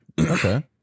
Okay